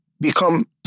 become